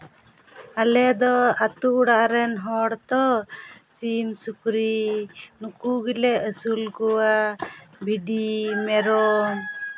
ᱟᱞᱮ ᱫᱚ ᱟᱹᱛᱩ ᱚᱲᱟᱜ ᱨᱮᱱ ᱦᱚᱲ ᱛᱚ ᱥᱤᱢ ᱥᱩᱠᱨᱤ ᱱᱩᱠᱩ ᱜᱮᱞᱮ ᱟᱹᱥᱩᱞ ᱠᱚᱣᱟ ᱵᱷᱤᱰᱤ ᱢᱮᱨᱚᱢ